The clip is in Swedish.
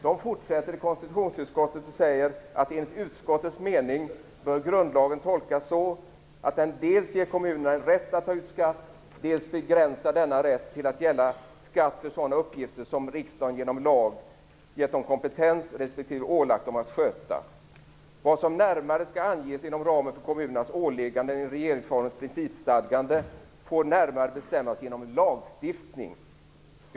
Vidare säger konstitutionsutskottet att enligt utskottets mening bör grundlagen tolkas så att den dels ger kommunerna rätt att ta ut skatt, dels begränsar denna rätt till att gälla skatt för sådana uppgifter som riksdagen genom lag gett kommunerna kompetens för respektive ålagt dem att sköta. Vad som närmare skall anges inom ramen för kommunernas ålägganden i regeringsformens principstadgande får närmare bestämmas genom lagstiftning.